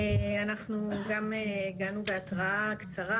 אנחנו גם הגענו בהתראה קצרה,